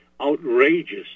outrageous